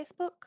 Facebook